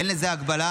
אין לזה הגבלה,